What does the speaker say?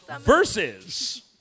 Versus